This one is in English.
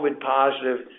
COVID-positive